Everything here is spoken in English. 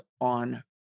on